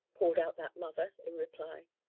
called out that mother, in reply.